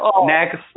Next